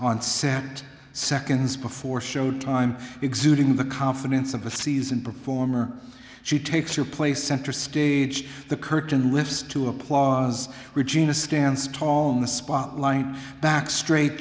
on sept seconds before showtime exuding the confidence of a seasoned performer she takes your place center stage the curtain lifts to applause regina stands tall in the spotlight back straight